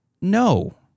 No